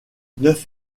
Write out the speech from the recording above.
neuf